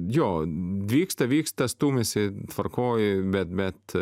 jo vyksta vyksta stūmiasi tvarkoj bet bet